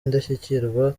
indashyikirwa